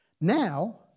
Now